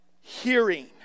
hearing